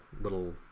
Little